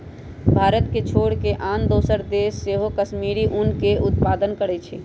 भारत के छोर कऽ आन दोसरो देश सेहो कश्मीरी ऊन के उत्पादन करइ छै